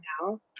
now